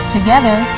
Together